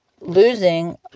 losing